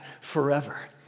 forever